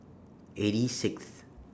eighty Sixth